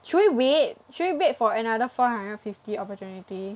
should we wait should we wait for another four hundred fifty opportunity